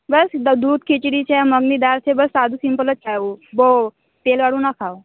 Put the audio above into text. બસ દૂધ ખિચડી છે મગની દાળ છે બસ સાદું સિમ્પલ જ ખાઓ બઉં તેલ વાળું ના ખાવ